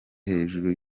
hejuru